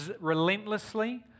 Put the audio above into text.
relentlessly